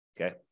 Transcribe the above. okay